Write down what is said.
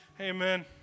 Amen